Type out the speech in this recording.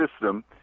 system